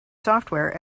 software